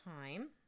time